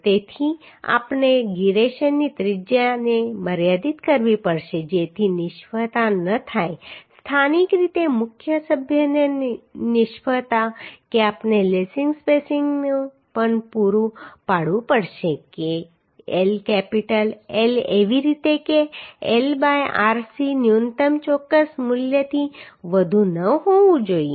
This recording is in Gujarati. તેથી આપણે ગિરેશનની ત્રિજ્યાને મર્યાદિત કરવી પડશે જેથી નિષ્ફળતા ન થાય સ્થાનિક રીતે મુખ્ય સભ્યની નિષ્ફળતા કે આપણે લેસિંગ સ્પેસિંગ પણ પૂરું પાડવું પડશે કે L કેપિટલ L એવી રીતે કે L બાય rc ન્યુનત્તમ ચોક્કસ મૂલ્યથી વધુ ન હોવું જોઈએ